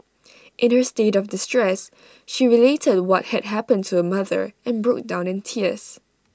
in her state of distress she related what had happened to her mother and broke down in tears